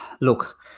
look